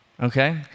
Okay